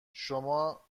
شما